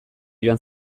joan